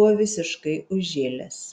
buvo visiškai užžėlęs